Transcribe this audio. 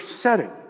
setting